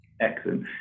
excellent